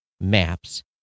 Maps